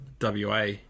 WA